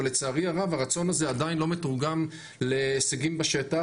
אבל לצערי הרב הרצון הזה עדיין לא מתורגם להישגים בשטח.